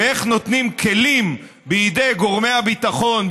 איך נותנים כלים בידי גורמי הביטחון,